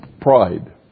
pride